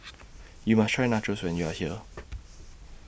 YOU must Try Nachos when YOU Are here